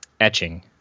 etching